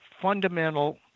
fundamental